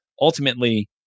ultimately